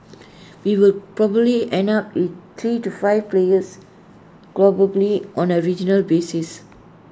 we will probably end up with three to five players on A regional basis